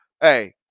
hey